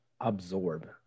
absorb